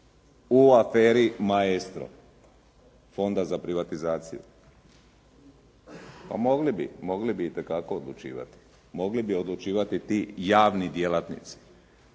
u aferi “Maestro“ Fonda za privatizaciju. Pa mogli bi, mogli bi itekako odlučivati. Mogli bi odlučivati ti javni djelatnici.